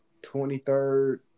23rd